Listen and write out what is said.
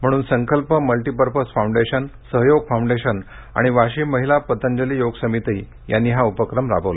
म्हणून Sankalp multipurpose foundation Sahyog foundation आणि वाशिम महिला पतंजली योग समिती यांनी हा उपक्रम राबवला